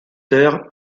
terre